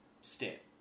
step